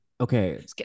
Okay